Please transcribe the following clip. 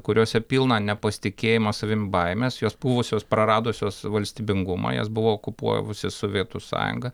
kuriose pilna nepasitikėjimo savim baimės jos buvusios praradusios valstybingumą jas buvo okupavusi sovietų sąjunga